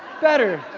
better